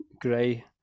Gray